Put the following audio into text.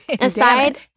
Aside